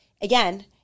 Again